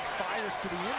fires to the